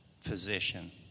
physician